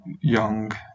young